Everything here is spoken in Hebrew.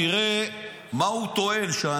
תראה מה הוא טוען,